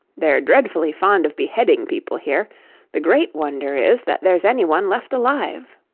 they're dreadfully fond of beheading people here the great wonder is, that there's any one left alive